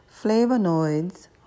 flavonoids